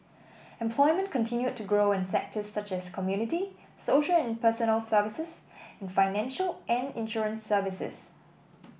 employment continued to grow in sectors such as community social and personal services and financial and insurance services